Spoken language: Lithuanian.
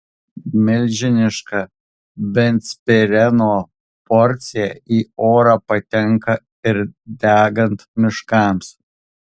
milžiniška benzpireno porcija į orą patenka ir degant miškams